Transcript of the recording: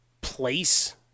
place